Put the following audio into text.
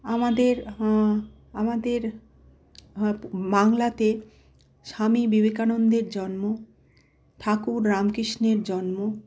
আমাদের আমাদের বাংলাতে স্বামী বিবেকানন্দের জন্ম ঠাকুর রামকৃষ্ণের জন্ম